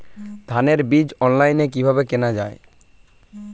ধানের বীজ অনলাইনে কিভাবে কেনা যায়?